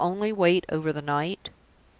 will you only wait over the night?